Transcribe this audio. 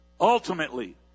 ultimately